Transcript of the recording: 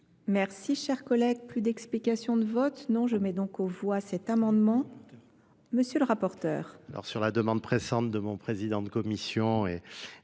Merci, cher collègue, plus d'explication de vote? Non, je mets donc aux voix cet amendement. M.. le rapporteur, sur la demande présente de mon président de la commission. Et